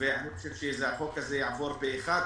אני חושב שהוא יעבור פה אחד,